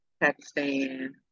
Pakistan